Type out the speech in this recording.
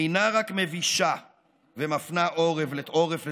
אינה רק מבישה ומפנה עורף לתומכיהם,